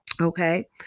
Okay